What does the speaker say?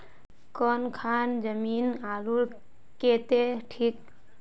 कौन खान जमीन आलूर केते ठिक?